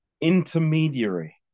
intermediary